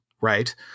right